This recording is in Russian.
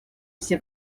все